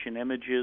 images